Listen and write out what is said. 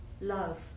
Love